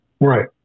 Right